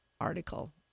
article